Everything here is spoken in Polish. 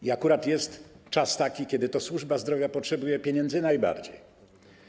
I akurat jest czas taki, kiedy to służba zdrowia potrzebuje pieniędzy najbardziej.